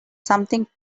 something